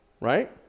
right